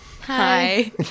Hi